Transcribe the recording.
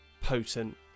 potent